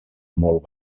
molt